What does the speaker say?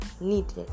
needed